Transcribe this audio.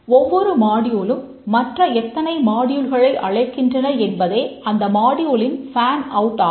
ஒவ்வொரு மாடியூலும் ஆகும்